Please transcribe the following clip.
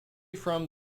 from